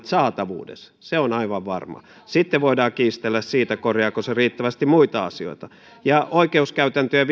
saatavuudessa se on aivan varmaa sitten voidaan kiistellä siitä korjaako se riittävästi muita asioita oikeuskäytäntöjen